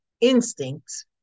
instincts